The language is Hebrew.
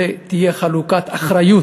ותהיה חלוקת אחריות.